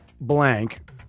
blank